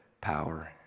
power